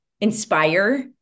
inspire